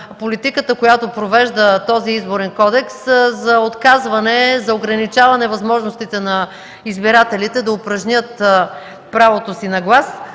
политиката, която провежда този Изборен кодекс – за отказване, за ограничаване възможностите на избирателите да упражнят правото си на глас.